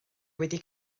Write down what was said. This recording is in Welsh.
wedi